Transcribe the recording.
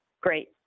Great